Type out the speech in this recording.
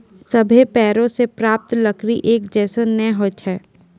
सभ्भे पेड़ों सें प्राप्त लकड़ी एक जैसन नै होय छै